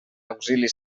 auxili